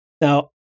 Now